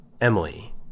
Emily